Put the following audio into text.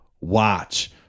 Watch